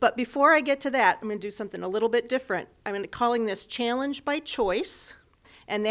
but before i get to that and do something a little bit different i mean that calling this challenge by choice and